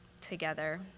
together